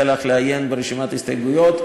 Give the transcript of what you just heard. אולי תיתן לנו רשימת הסתייגויות,